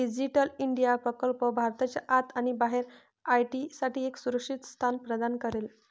digital India प्रकल्प भारताच्या आत आणि बाहेर आय.टी साठी एक सुरक्षित स्थान प्रदान करेल